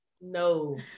no